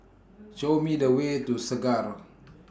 Show Me The Way to Segar